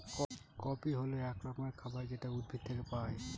coffee হল এক রকমের খাবার যেটা উদ্ভিদ থেকে পায়